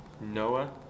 Noah